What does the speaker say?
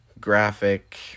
graphic